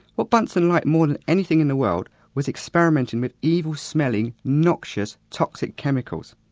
what bunsen liked more than anything in the world was experimenting with evil smelling, noxious, toxic chemicals.